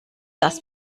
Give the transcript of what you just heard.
dass